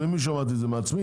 ממי שמעתי את זה מעצמי?